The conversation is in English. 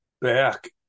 back